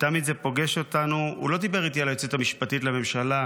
תמיד זה פוגש אותנו הוא לא דיבר איתי על היועצת המשפטית לממשלה,